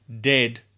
dead